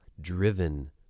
driven